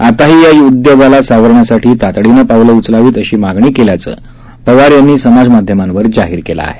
आताही या उद्योगाला सावरण्यासाठी तातडीनं पावलं उचलावी अशी मागणी केल्याचं पवार यांनी समाजमाध्यमांवर जाहीर केलं आहे